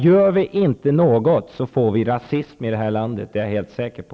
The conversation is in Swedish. Gör vi inte något, får vi rasism i det här landet. Det är jag helt säker på.